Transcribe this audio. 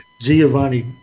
Giovanni